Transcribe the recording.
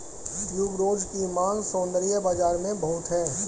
tuberose की मांग सौंदर्य बाज़ार में बहुत है